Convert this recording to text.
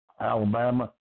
Alabama